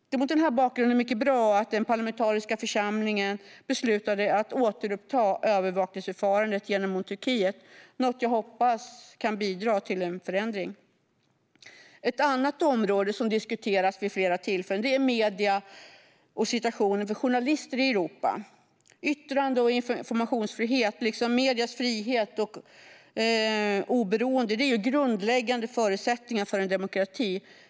Det är mot den bakgrunden mycket bra att den parlamentariska församlingen beslutade att återuppta övervakningsförfarandet gentemot Turkiet, något jag hoppas kan bidra till en förändring. Ett annat område som diskuterats vid flera tillfällen är situationen för medier och journalister i Europa. Yttrande och informationsfrihet liksom mediernas frihet och oberoende är grundläggande förutsättningar för en demokrati.